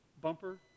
Bumper